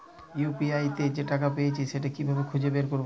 UPI তে যে টাকা পেয়েছি সেটা কিভাবে খুঁজে বের করবো?